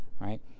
right